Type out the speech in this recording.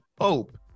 hope